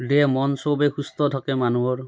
দেহ মন চবেই সুস্থ থাকে মানুহৰ